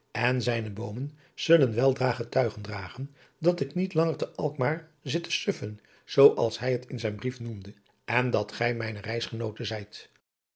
en zijne boomen zullen weldra getuigen dragen dat ik niet langer te alkmaar zit te suffen zoo als hij het in zijn brief noemde en dat gij mijne reisgenoote zijt